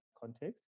context